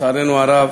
לצערנו הרב,